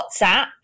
WhatsApp